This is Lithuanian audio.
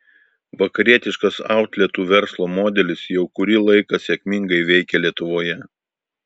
vakarietiškas outletų verslo modelis jau kurį laiką sėkmingai veikia lietuvoje